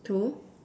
to